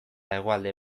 hegoalde